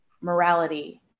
morality